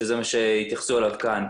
שזה מה שהתייחסו אליו כאן,